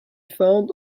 found